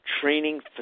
training